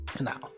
now